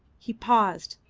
he paused,